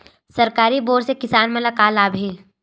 सरकारी बोर से किसान मन ला का लाभ हे?